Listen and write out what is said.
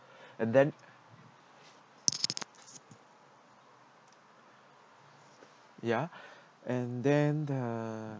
and then ya and then the